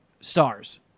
stars